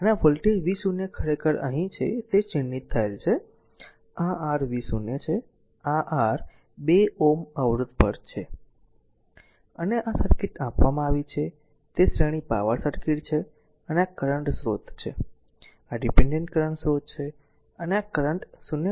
અને આ voltage v0 ખરેખર અહીં છે તે ચિહ્નિત થયેલ છે આ r v0 છે આ R2 Ω અવરોધ પર છે અને આ સર્કિટ આપવામાં આવી છે તે શ્રેણી પાવર સર્કિટ છે અને આ કરંટ સ્રોત છે આ ડીપેન્ડેન્ટ કરંટ સ્રોત છે અને આ કરંટ 0